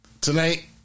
Tonight